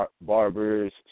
barbers